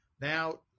Now